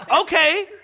Okay